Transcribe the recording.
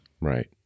Right